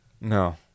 No